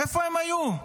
איפה הם היו?